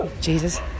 Jesus